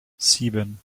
sieben